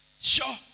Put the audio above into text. sure